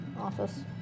office